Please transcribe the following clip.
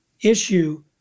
issue